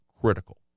critical